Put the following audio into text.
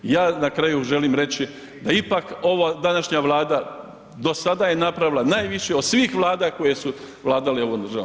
Ja na kraju želim reći da ipak ova današnja Vlada do sada je napravila najviše od svih Vlada koje su vladale ovom državom.